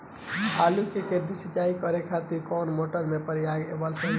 आलू के खेत सिंचाई करे के खातिर कौन मोटर के प्रयोग कएल सही होई?